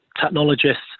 technologists